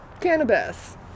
cannabis